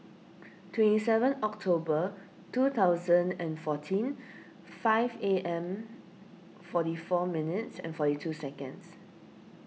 twenty seven October two thousand and fourteen five A M forty four minutes and forty two seconds